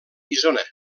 isona